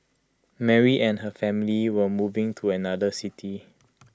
Mary and her family were moving to another city